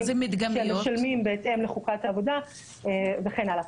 שהם משלמים בהתאם לחוקת העבודה וכן הלאה.